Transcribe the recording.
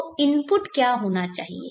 तो इनपुट क्या होना चाहिए